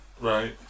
Right